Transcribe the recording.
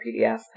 PDF